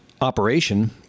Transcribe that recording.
operation